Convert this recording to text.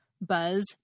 Buzz